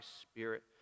spirit